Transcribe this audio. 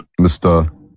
Mr